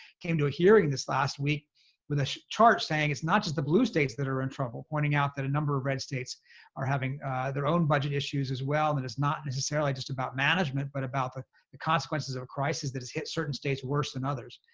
came to a hearing in this last week with a chart saying it's not just the blue states that are in trouble pointing out that a number of red states are having their own budget issues as well. and it's not necessarily just about management, but about the the consequences of a crisis that has hit certain states worse than others.